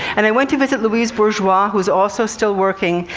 and i went to visit louise bourgeoise, who's also still working,